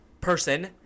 person